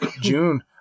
June